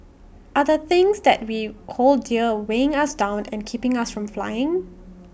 are the things that we hold dear weighing us down and keeping us from flying